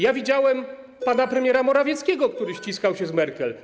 Ja widziałem pana premiera Morawieckiego, który ściskał się z Merkel.